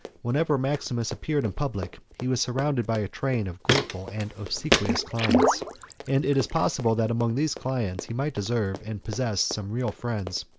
whenever maximus appeared in public, he was surrounded by a train of grateful and obsequious clients and it is possible that among these clients, he might deserve and possess some real friends.